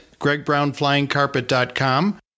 gregbrownflyingcarpet.com